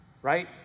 Right